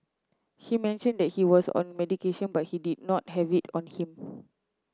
he mentioned that he was on medication but he did not have it on him